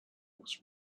was